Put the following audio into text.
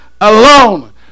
alone